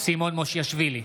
סימון מושיאשוילי,